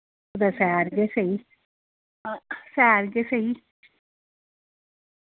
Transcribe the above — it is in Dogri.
कुतै सैर गै सेही हां सैर गै सेही